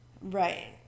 Right